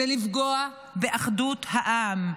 זה לפגוע באחדות העם.